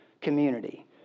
community